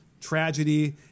tragedy